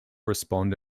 respond